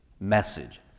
message